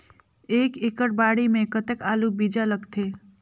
एक एकड़ बाड़ी मे कतेक आलू बीजा लगथे?